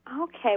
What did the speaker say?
Okay